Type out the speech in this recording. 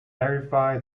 verify